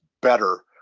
better